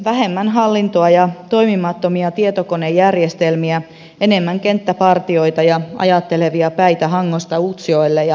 vähemmän hallintoa ja toimimattomia tietokonejärjestelmiä enemmän kenttäpartioita ja ajattelevia päitä hangosta utsjoelle ja vaasasta ruokolahdelle